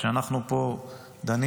כשאנחנו פה דנים,